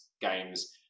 games